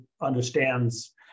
understands